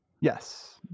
Yes